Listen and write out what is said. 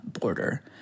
border